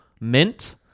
mint